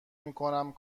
میکنم